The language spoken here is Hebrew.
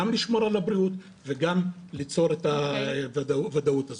גם לשמור על הבריאות וגם ליצור את הוודאות הזו.